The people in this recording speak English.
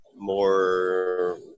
More